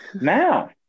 Now